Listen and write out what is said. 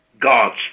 God's